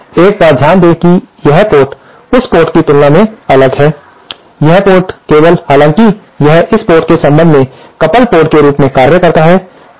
यहाँ एक बात ध्यान दें कि यह पोर्ट उस पोर्ट की तुलना में अलग थलग है यह पोर्ट केवल हालांकि यह इस पोर्ट के संबंध में कपल्ड पोर्ट के रूप में कार्य करता है